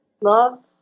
love